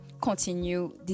continue